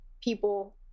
people